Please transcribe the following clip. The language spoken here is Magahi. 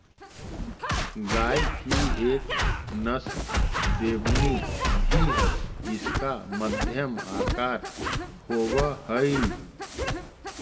गाय की एक नस्ल देवनी भी है जिसका मध्यम आकार होवअ हई